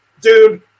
dude